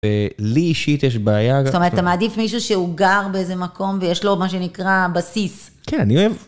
אה... לי אישית יש בעיה ג- זאת אומרת, אתה מעדיף מישהו, שהוא גר באיזה מקום, ויש לו מה שנקרא, בסיס. כן, אני אוהב...